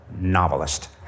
novelist